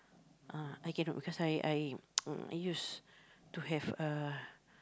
ah I cannot because I I I used to have a